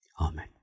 Amen